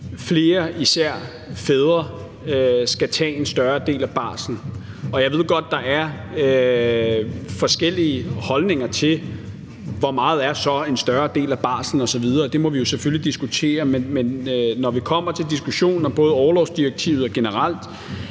flere fædre skal tage en større del af barslen. Jeg ved godt, at der er forskellige holdninger til, hvor meget en større del af barslen så er osv. Det må vi selvfølgelig diskutere, men når vi kommer til diskussionen om både orlovsdirektivet og området